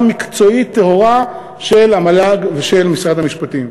מקצועית טהורה של המל"ג ושל משרד המשפטים.